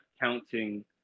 counting